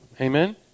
Amen